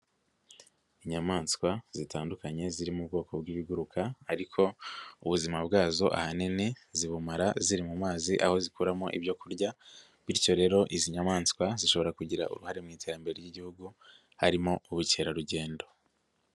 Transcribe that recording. Inyamaswa zitandukanye ziri mu bwoko bw'ibiguruka ariko ubuzima bwazo ahanini zibumara ziri mu mazi aho zikuramo ibyo kurya, bityo rero izi nyamaswa zishobora kugira uruhare mu iterambere ry'Igihugu harimo ubukerarugendo.